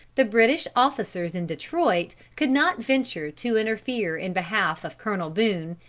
the british officers in detroit could not venture to interfere in behalf of colonel boone,